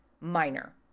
minor